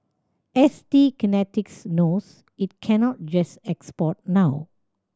S T Kinetics knows it cannot just export now